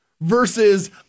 versus